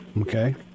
Okay